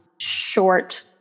short